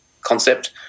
concept